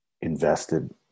invested